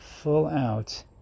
full-out